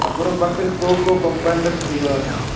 ଆପଣଙ୍କ ପାଖରେ କେଉଁ କେଉଁ କମ୍ପାନୀର କ୍ଷୀର ଅଛି